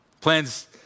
Plans